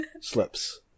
slips